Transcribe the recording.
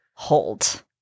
Hold